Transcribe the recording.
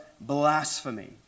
blasphemy